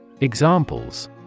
Examples